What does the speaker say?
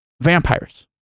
vampires